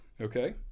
okay